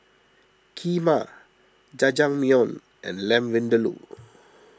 Kheema Jajangmyeon and Lamb Vindaloo